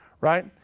Right